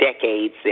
decades